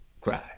Cry